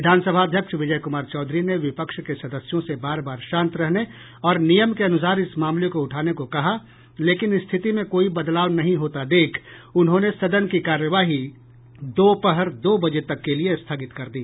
विधानसभा अध्यक्ष विजय कुमार चौधरी ने विपक्ष के सदस्यों से बार बार शांत रहने और नियम के अनुसार इस मामले को उठाने को कहा लेकिन स्थिति में कोई बदलाव नहीं होता देख उन्होंने सदन की कार्यवाही दोपहर दो बजे तक के लिये स्थगित कर दी